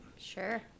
Sure